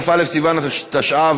כ"א בסיוון התשע"ו,